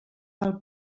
val